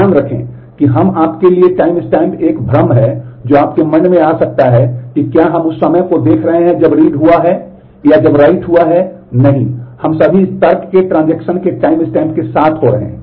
ध्यान रखें कि हम आपके लिए टाइमस्टैम्प एक भ्रम है जो आपके मन में आ सकता है कि क्या हम उस समय को देख रहे हैं जब read हुआ है या जब write हुआ है नहीं हम सभी इस तर्क के ट्रांजेक्शन के टाइमस्टैम्प के साथ हो रहे हैं